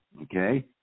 Okay